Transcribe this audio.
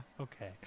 okay